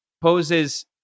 poses